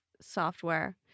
software